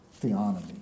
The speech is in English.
theonomy